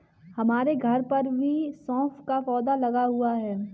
हमारे घर पर भी सौंफ का पौधा लगा हुआ है